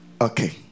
Okay